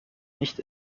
nicht